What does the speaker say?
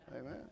amen